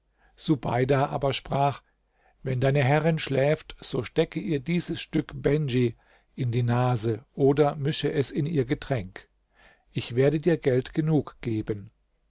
subeida aber sprach wenn deine herrin schläft so stecke ihr dieses stück bendj in die nase oder mische es in ihr getränk ich werde dir geld genug geben